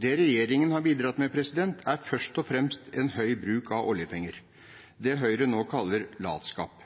Det regjeringen har bidratt med, er først og fremst en høy bruk av oljepenger, det Høyre nå kaller latskap.